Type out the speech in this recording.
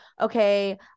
okay